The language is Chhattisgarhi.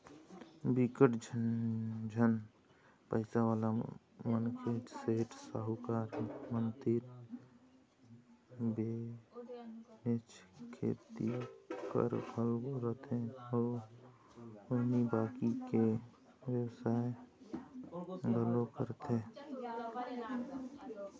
बिकट झन पइसावाला मनखे, सेठ, साहूकार मन तीर बनेच खेत खार घलोक रहिथे अउ आनी बाकी के बेवसाय घलोक करथे